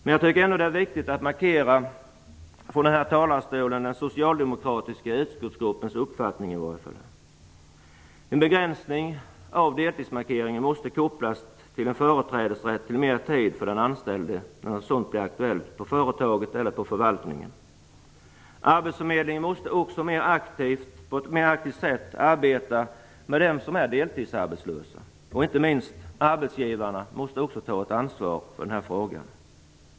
Men jag tycker ändå det är viktigt att från denna talarstol markera den socialdemokratiska utskottsgruppens uppfattning. En begränsning av deltidsmarkeringen måste kopplas till en företrädesrätt till mer tid för den anställde när något sådant bli aktuellt på företaget eller på förvaltningen. Arbetsförmedlingen måste också på ett mer aktivt sätt arbeta med dem som är deltidsarbetlösa. Inte minst arbetsgivarna måste också ta ett ansvar för denna fråga.